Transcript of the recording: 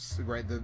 right